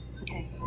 Okay